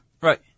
Right